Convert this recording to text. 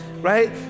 right